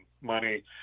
money